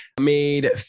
made